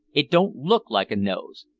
it don't look like a nose,